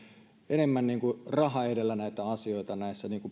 enemmän niin kuin raha edellä näitä asioita näissä